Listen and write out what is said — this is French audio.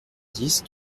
dix